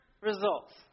results